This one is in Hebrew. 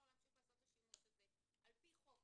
יהיה לעשות את השימוש הזה על פי חוק.